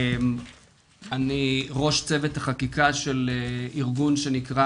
אני ראש צוות החקיקה של ארגון שנקרא: